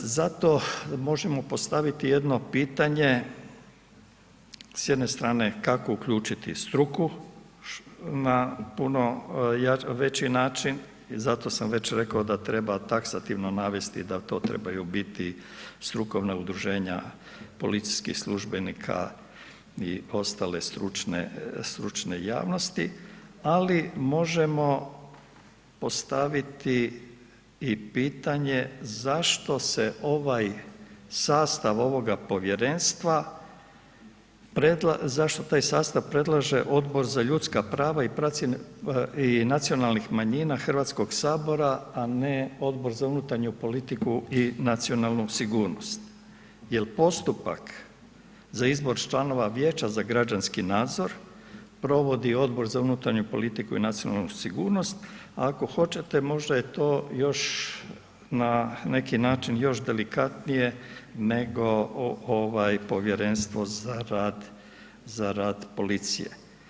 Zato možemo postaviti jedno pitanje s jedne strane kako uključiti struku na puno veći način i zato sam već rekao da treba taksativno navesti da to trebaju biti strukovna udruženja policijskih službenika i ostale stručne javnosti ali možemo postaviti i pitanje zašto se ovaj sastav ovoga povjerenstva, zašto taj sastav predlaže Odbor za ljudska prava i nacionalnih manjina Hrvatskog sabora a ne Odbor za unutarnju politiku i nacionalnu sigurnost jer postupak za izbor članova vijeća za građanski nadzor provodi Odbor za unutarnju politiku i nacionalnu sigurnost, ako hoćete možda je to još na neki način još delikatnije nego povjerenstvo za rad policije.